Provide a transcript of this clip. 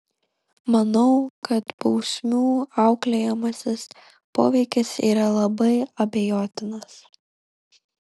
manau kad bausmių auklėjamasis poveikis yra labai abejotinas